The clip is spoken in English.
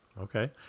Okay